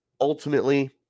ultimately